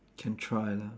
can try lah